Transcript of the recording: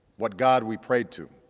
what god we prayed to,